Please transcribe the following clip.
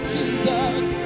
Jesus